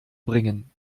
bringen